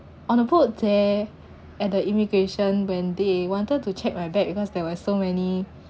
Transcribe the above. on a boat there at the immigration when they wanted to check my bag because there were so many